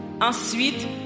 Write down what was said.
Ensuite